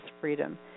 freedom